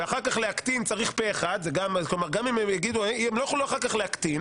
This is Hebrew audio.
ואחר כך להקטין צריך פה אחד הם לא יוכלו להקטין.